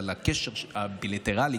ועל הקשר הבילטרלי,